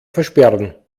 versperren